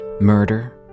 murder